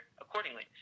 accordingly